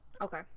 Okay